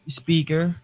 speaker